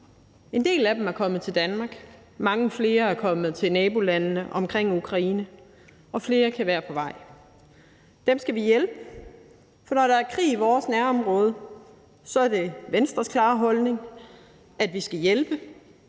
En del af dem er kommet til Danmark, mange flere er kommet til nabolandene omkring Ukraine, og flere kan være på vej. Dem skal vi hjælpe, for når der er krig i vores nærområde, er det Venstres klare holdning, at vi skal hjælpe,